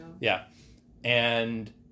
yeah—and